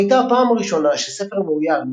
זו הייתה הפעם הראשונה שספר מאוייר עם